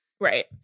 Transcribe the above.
Right